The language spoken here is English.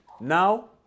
now